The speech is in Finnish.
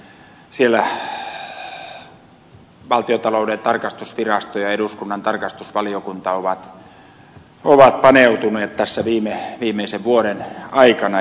se on nämä tietohallintojärjestelmät mihin siellä valtiontalouden tarkastusvirasto ja eduskunnan tarkastusvaliokunta ovat paneutuneet tässä viimeisen vuoden aikana